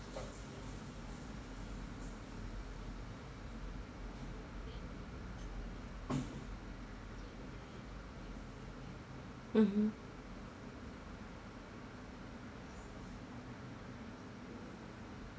mmhmm